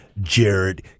Jared